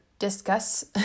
discuss